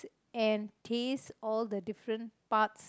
and taste all the different parts